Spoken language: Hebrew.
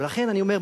לכן אני אומר,